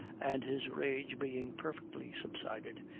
and, his rage being perfectly subsided,